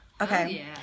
Okay